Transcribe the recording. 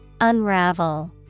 Unravel